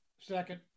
Second